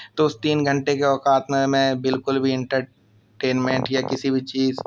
تو اس تین گھنٹے کے اوقات میں میں بالکل بھی انٹرٹینمنٹ یا کسی بھی چیز